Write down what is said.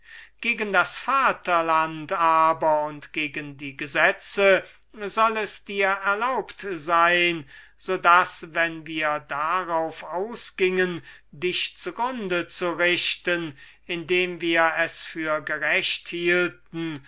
gegen das vaterland aber und gegen die gesetze soll es dir erlaubt sein so daß wenn wir darauf ausgingen dich zugrundezurichten indem wir es für gerecht hielten